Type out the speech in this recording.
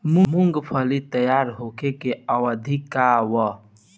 मूँगफली तैयार होखे के अवधि का वा?